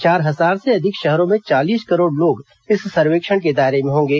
चार हजार से अधिक शहरों में चालीस करोड़ लोग इस सर्वेक्षण के दायरे में होंगे